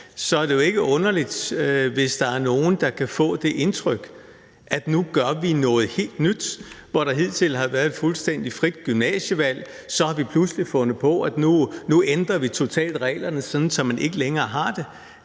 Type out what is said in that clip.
er det jo ikke underligt, hvis der er nogle, der kan få det indtryk, at nu gør vi noget helt nyt – at hvor der hidtil har været et fuldstændig frit gymnasievalg, har vi pludselig fundet på, at vi nu ændrer reglerne totalt, sådan at man ikke længere har det.